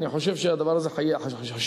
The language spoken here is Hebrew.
אני חושב שהדבר הזה חשוב,